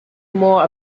more